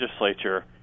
legislature